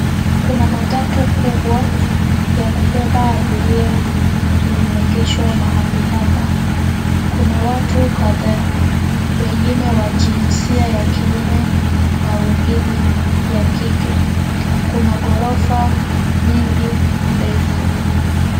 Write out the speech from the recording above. Kuna matatu kubwa ya kubeba abiria limeegeshwa mahali hapa. Kuna watu kadhaa, wengine wa jinsia ya kiume na wengine ya kike. Kuna ghorofa nyingi ndefu.